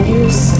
use